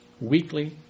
Weekly